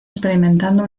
experimentando